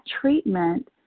treatment